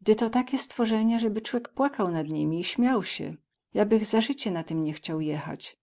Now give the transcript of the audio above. dy to takie stworzenia zeby cłek płakał nad nimi i śmiał sie ja bych za zycie na tym nie chciał jechać